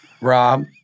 Rob